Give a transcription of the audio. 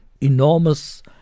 enormous